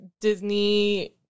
disney